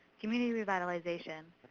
community revitalization,